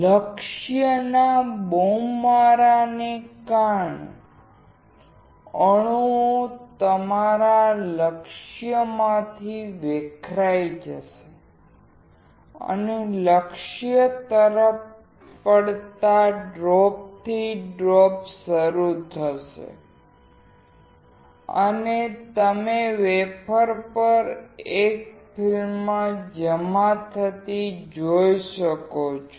લક્ષ્ય ના બોમ્બમારાને કારણે અણુઓ તમારા લક્ષ્યમાંથી વિખેરાઈ જશે અને લક્ષ્ય તરફ પડતા ડ્રોપથી ડ્રોપ શરૂ થશે અને તમે વેફર પર એક ફિલ્મ જમા થતી જોઈ શકો છો